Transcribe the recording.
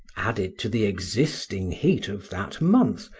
added to the existing heat of that month,